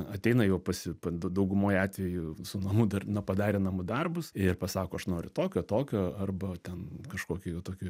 ateina jau pasi daugumoj atvejų su namų dar na padarę namų darbus ir pasako aš noriu tokio tokio arba ten kažkokio jau tokio